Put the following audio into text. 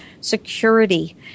security